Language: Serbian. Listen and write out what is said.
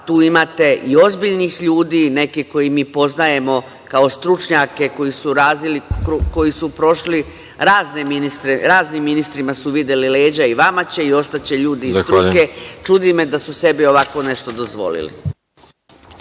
tu imate i ozbiljnih ljudi i neke koje mi poznajemo kao stručnjake koji su prošli, raznim ministrima su videli leđa i vama će i ostaće ljudi iz struke. Čudi me da su ovako sebi nešto dozvolili.